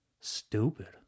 stupid